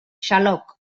xaloc